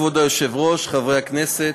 כבוד היושב-ראש, חברי הכנסת,